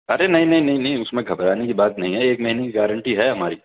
ارے نہیں نہیں نہیں نہیں اس میں گھبرانے کی بات نہیں ہے ایک مہینے کی گارنٹی ہے ہماری